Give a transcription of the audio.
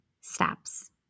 steps